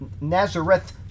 Nazareth